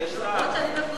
הלוואות לדיור (תיקון,